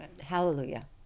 Hallelujah